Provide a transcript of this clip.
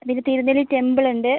Thirunelli temple ഉണ്ട്